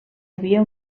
havia